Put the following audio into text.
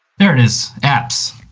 there it is, apps.